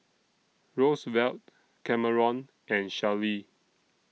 Rosevelt Cameron and Shellie